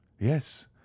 yes